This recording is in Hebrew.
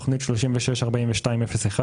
תוכנית 3642/01